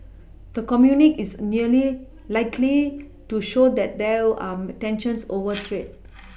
the communique is nearly likely to show that there are tensions over trade